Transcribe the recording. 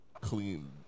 clean